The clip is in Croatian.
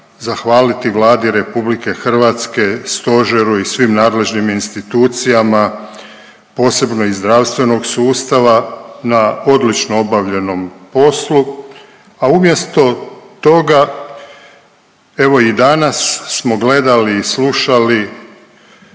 zahvaliti Vladi RH, Stožeru i svim nadležnim institucijama, posebno iz zdravstvenog sustava na odlično obavljenom poslu, a umjesto toga evo i danas smo gledali i slušali